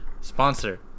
sponsor